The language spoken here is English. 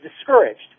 discouraged